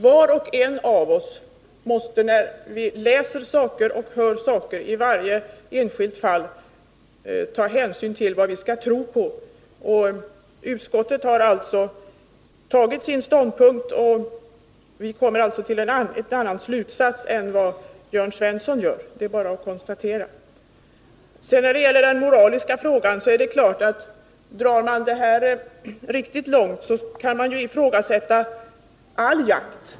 Var och en av oss måste när vi läser om eller lyssnar på olika uppgifter i varje enskilt fall överväga vad vi skall tro på. Utskottet har tagit ställning och alltså kommit till en annan slutsats än den Jörn Svensson kommit till — det är bara att konstatera detta. När det gäller den moraliska frågan är det klart, att om man vill gå riktigt långt, kan man ifrågasätta all jakt.